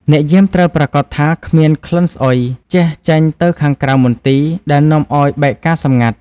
អ្នកយាមត្រូវប្រាកដថាគ្មានក្លិនស្អុយជះចេញទៅខាងក្រៅមន្ទីរ ដែលនាំឱ្យបែកការណ៍សម្ងាត់។